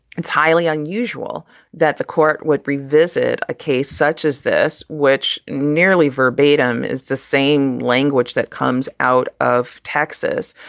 it's highly unusual that the court would revisit a case such as this, which nearly verbatim is the same language that comes out of texas.